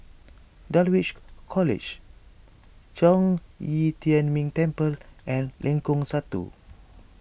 Dulwich College Zhong Yi Tian Ming Temple and Lengkong Satu